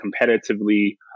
competitively